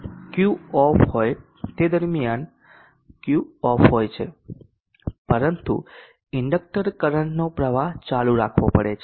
Q off હોય તે સમય દરમિયાન Q ઓફ હોય છે પરંતુ ઇન્ડકટર કરંટનો પ્રવાહ ચાલુ રાખવો પડે છે